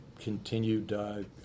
continued